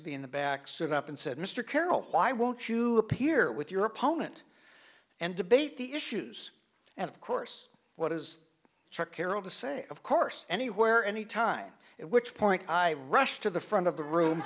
to be in the back soon up and said mr carroll why won't you appear with your opponent and debate the issues and of course what is chuck carroll to say of course anywhere any time it which point i rushed to the front of the room